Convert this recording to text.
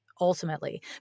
ultimately